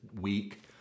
week